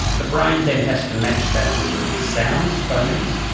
the brain then has to match that with sounds, phonemes,